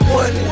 one